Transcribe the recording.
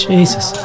Jesus